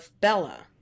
Bella